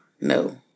No